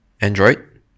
Android